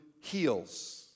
heals